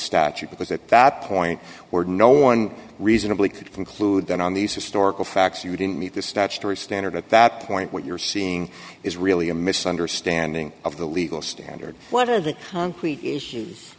statute because at that point where no one reasonably could conclude then on these historical facts you didn't meet the statutory standard at that point what you're seeing is really a mis under standing of the legal standard what are the concrete issues